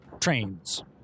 trains